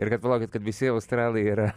ir kad palaukit kaip visi australai yra